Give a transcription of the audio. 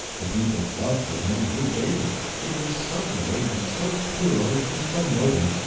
the people's love for him grew daily he was so good and so pure and so noble,